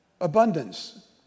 Abundance